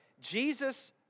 Jesus